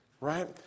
Right